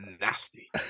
nasty